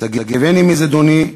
// שגבני מזדוני,